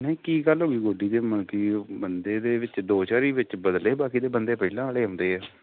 ਨਹੀਂ ਕੀ ਗੱਲ ਹੋ ਗਈ ਗੋਡੀ ਦੇ ਮਤਲਬ ਕਿ ਬੰਦੇ ਦੇ ਵਿੱਚ ਦੋ ਚਾਰ ਹੀ ਵਿੱਚ ਬਦਲੇ ਬਾਕੀ ਦੇ ਬੰਦੇ ਪਹਿਲਾਂ ਵਾਲੇ ਆਉਂਦੇ ਆ